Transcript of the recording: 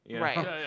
Right